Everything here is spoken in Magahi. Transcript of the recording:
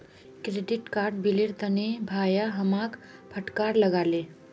क्रेडिट कार्ड बिलेर तने भाया हमाक फटकार लगा ले